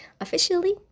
Officially